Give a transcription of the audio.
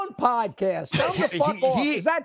podcast